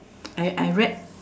I I read